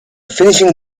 finishing